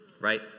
Right